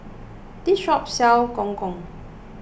this shop sells Gong Gong